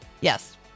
Yes